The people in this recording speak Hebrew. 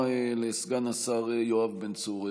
תודה רבה לסגן השר יואב בן צור.